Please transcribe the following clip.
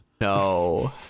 No